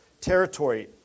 territory